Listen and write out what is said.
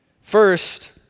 First